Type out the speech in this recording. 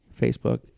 Facebook